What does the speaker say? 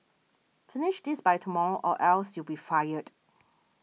finish this by tomorrow or else you'll be fired